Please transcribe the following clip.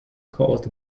caused